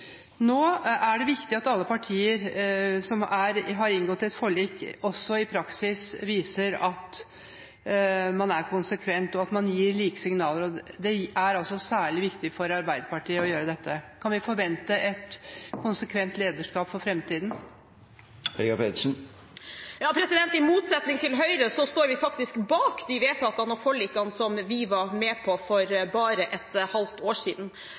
Nå er det viktig at alle partier som har inngått et forlik, også i praksis viser at man er konsekvent, og at man gir like signaler. Det er altså særlig viktig for Arbeiderpartiet å gjøre dette. Kan vi forvente et konsekvent lederskap for fremtiden? I motsetning til Høyre står vi faktisk bak de vedtakene og forlikene som vi var med på for bare et halvt år siden.